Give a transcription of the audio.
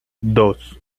dos